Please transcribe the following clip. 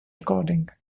recording